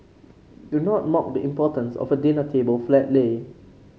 do not mock the importance of a dinner table flat lay